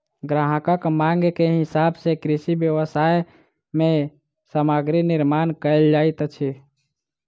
ग्राहकक मांग के हिसाब सॅ कृषि व्यवसाय मे सामग्री निर्माण कयल जाइत अछि